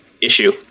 issue